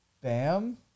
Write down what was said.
bam